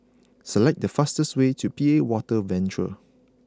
select the fastest way to P A Water Venture